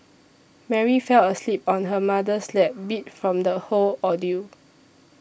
Mary fell asleep on her mother's lap beat from the whole ordeal